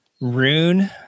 rune